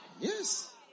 Yes